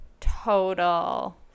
total